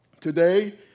Today